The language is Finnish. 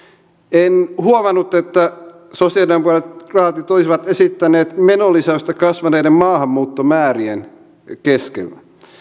en huomannut että sosialidemok raatit olisivat esittäneet menolisäystä kasvaneiden maahanmuuttomäärien keskellä